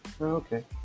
Okay